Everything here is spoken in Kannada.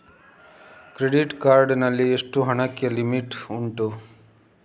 ಕ್ರೆಡಿಟ್ ಕಾರ್ಡ್ ನಲ್ಲಿ ಎಷ್ಟು ಹಣಕ್ಕೆ ಲಿಮಿಟ್ ಉಂಟು?